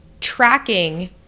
tracking